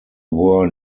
were